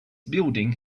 building